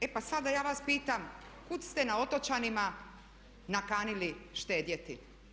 E pa sad ja vas pitam kud ste na otočanima nakanili štedjeti?